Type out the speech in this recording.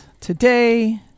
today